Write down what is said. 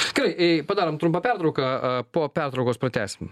gerai į padarom trumpą pertrauką a po pertraukos pratęsim